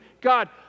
God